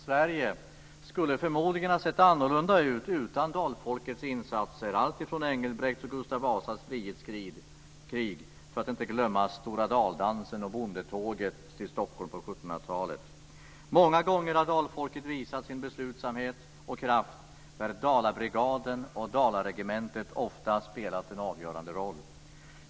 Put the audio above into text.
Sverige skulle förmodligen ha sett annorlunda ut utan dalfolkets insatser i samband med Englbrekts och Gustav Vasas frihetskrig. Vi får inte heller glömma stora daldansen, bondetåget till Stockholm på 1700-talet. Många gånger har dalfolket visat sin beslutsamhet och kraft, och Dalabrigaden och Dalregementet har ofta spelat en avgörande roll.